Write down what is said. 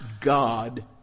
God